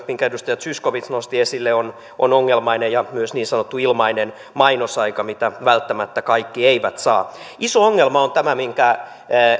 minkä edustaja zyskowicz nosti esille on on ongelmainen ja myös niin sanottu ilmainen mainosaika mitä välttämättä kaikki eivät saa iso ongelma on tämä minkä